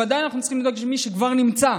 ודאי שאנחנו צריכים לדאוג למי שכבר נמצא,